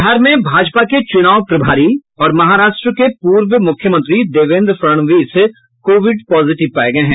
बिहार में भाजपा के चुनाव प्रभारी और महाराष्ट्र के पूर्व मुख्यमंत्री देवेंद्र फड़णवीस कोविड पॉजिटिव पाये गये हैं